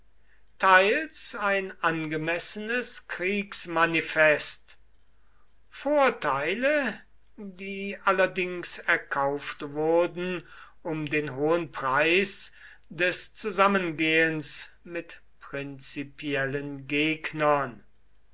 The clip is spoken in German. teils ein angemessenes kriegsmanifest vorteile die allerdings erkauft wurden um den hohen preis des zusammengehens mit prinzipiellen gegnern